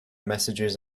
messages